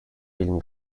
film